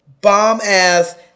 bomb-ass